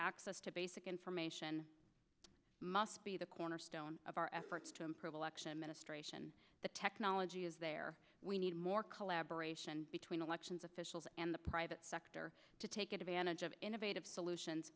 access to basic information must be the cornerstone of our efforts to improve election ministration the technology is there we need more collaboration between elections officials and the private sector to take advantage of innovative solutions